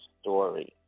story